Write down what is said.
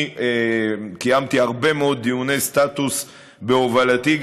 קיימתי הרבה מאוד דיוני סטטוס בהובלתי,